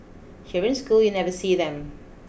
here in school you never see them